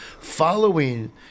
following